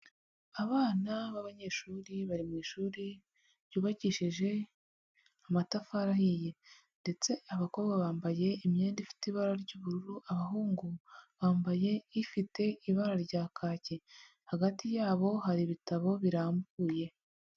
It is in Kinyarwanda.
Abana b'abanyeshuri bari mu ishuri ryubakishije amatafari ahiye, ndetse abakobwa bambaye imyenda ifite ibara ry'ubururu, abahungu bambaye ifite ibara rya kaki, hagati yabo hari ibitabo birambuye.